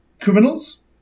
criminals